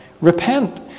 Repent